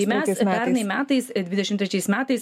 tai mes pernai metais dvidešim trečiais metais